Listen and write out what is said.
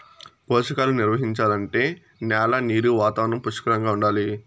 పోషకాలు నిర్వహించాలంటే న్యాల నీరు వాతావరణం పుష్కలంగా ఉండాలి